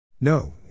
No